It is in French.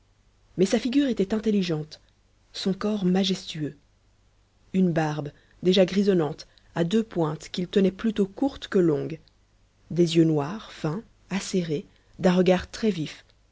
mais sa figure était intelligente son corps majestueux une barbe déjà grisonnante à deux pointes qu'il tenait plutôt courte que longue des yeux noirs fins acérés d'un regard très vif